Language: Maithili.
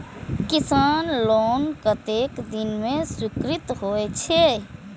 किसान लोन कतेक दिन में स्वीकृत होई छै?